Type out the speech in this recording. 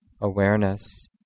awareness